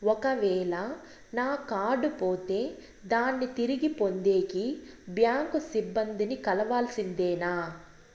ఒక వేల నా కార్డు పోతే దాన్ని తిరిగి పొందేకి, బ్యాంకు సిబ్బంది ని కలవాల్సిందేనా?